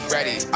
Ready